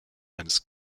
eines